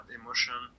emotion